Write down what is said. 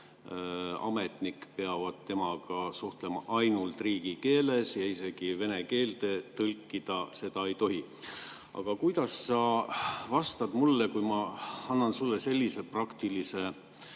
ametnik peab temaga suhtlema ainult riigikeeles. Ja vene keelde tõlkida seda ei tohi. Aga kuidas sa vastad mulle, kui ma annan sulle sellise praktilise